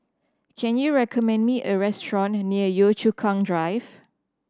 can you recommend me a restaurant near Yio Chu Kang Drive